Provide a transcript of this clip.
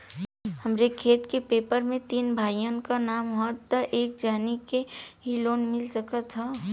हमरे खेत के पेपर मे तीन भाइयन क नाम ह त का एक जानी के ही लोन मिल सकत ह?